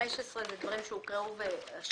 על סעיף 15. על סעיף 16. אלה דברים שהוקראו.